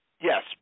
yes